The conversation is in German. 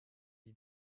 die